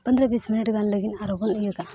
ᱯᱚᱸᱫᱽᱨᱚᱼᱵᱤᱥ ᱜᱟᱱ ᱞᱟᱹᱜᱤᱫ ᱟᱨᱦᱚᱸ ᱵᱚᱱ ᱤᱭᱟᱹ ᱠᱟᱜᱼᱟ